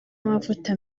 amavuta